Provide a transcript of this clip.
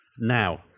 now